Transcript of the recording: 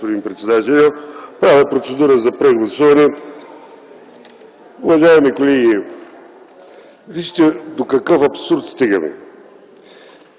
господин председателю. Правя процедура за прегласуване. Уважаеми колеги, вижте до какъв абсурд стигаме.